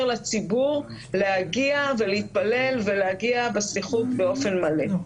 לציבור להגיע ולהתפלל ולהגיע לסליחות באופן מלא.